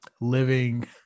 living